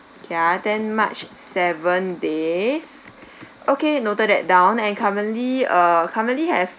ya then march seven days okay noted that down and currently uh currently have